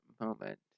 moment